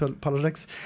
politics